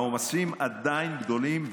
העומסים עדיין גדולים,